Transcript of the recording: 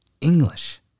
English